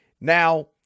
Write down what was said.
Now